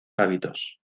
hábitos